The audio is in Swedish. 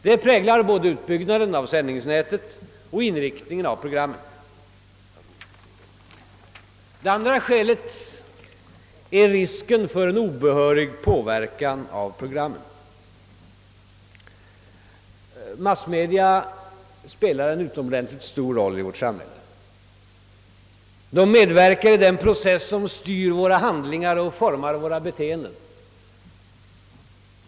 Det präglar både utbyggnaden av sändningsnätet och inriktningen av programmen. Det andra skälet är risken för en obehörig påverkan av programmen. Massmedia spelar en utomordentligt stor roll i vårt samhälle. De medverkar i den process som styr våra handlingar och formar vårt beteende.